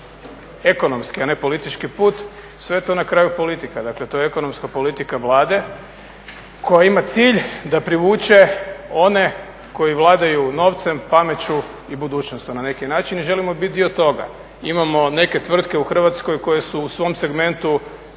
ekonomski, a ne politički put, sve je to na kraju politika, dakle to je ekonomska politika Vlade koja ima cilj da privuče one koji vladaju novcem, pameću i budućnosti na neki način i želimo biti dio toga. Imamo neke tvrtke u Hrvatskoj koje su u svojem segmentu